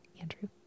Andrew